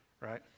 Right